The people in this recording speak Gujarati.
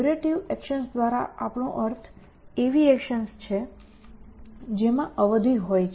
ડયુરેટીવ એકશન્સ દ્વારા આપણો અર્થ એવી એકશન્સ છે જેમાં અવધિ હોય છે